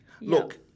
Look